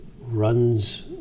runs